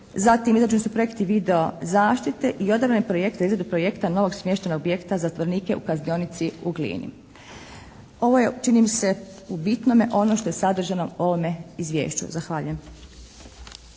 zatim izrađeni su projekti video zaštite i odobreni projekti za izradu projekta novog smještajnog objekta za zatvorenike u kaznionici u Glini. Ovo je čini mi se u bitnome ono što je sadržano u ovome izvješću. Zahvaljujem.